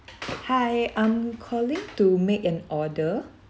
hi I'm calling to make an order